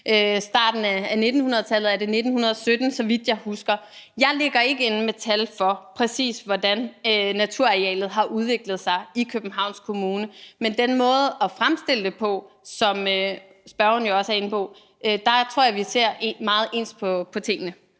starten af 1900-tallet – er det 1917, så vidt jeg husker. Jeg ligger ikke inde med tal for, præcis hvordan naturarealet har udviklet sig i Københavns Kommune, men i forhold til den måde at fremstille det på, som spørgeren jo også er inde på, tror jeg, at vi ser meget ens på tingene.